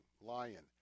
lion